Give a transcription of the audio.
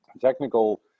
technical